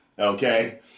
Okay